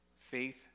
Faith